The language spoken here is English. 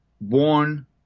born